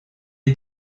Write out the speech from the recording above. est